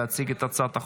להציג את הצעת החוק,